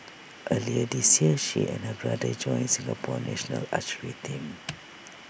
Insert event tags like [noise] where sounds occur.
earlier this year she and her brother joined Singapore's national archery team [noise]